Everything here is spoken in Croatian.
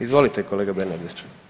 Izvolite kolega Bernardić.